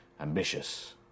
ambitious